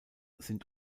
sind